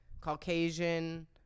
Caucasian